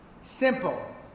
Simple